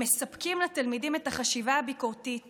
הם מספקים לתלמידים את החשיבה הביקורתית